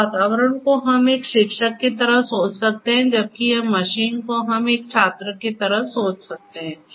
इस वातावरण को हम एक शिक्षक की तरह सोच सकते हैं जबकि यह मशीन को हम एक छात्र की तरह सोच सकते हैं